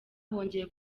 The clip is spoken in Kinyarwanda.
bongeye